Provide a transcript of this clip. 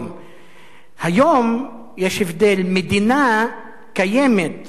היום יש הבדל, מדינה קיימת באזור, תחת כיבוש,